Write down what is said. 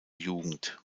jugend